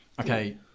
okay